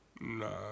Nah